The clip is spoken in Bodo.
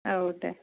औ दे